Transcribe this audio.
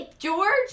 George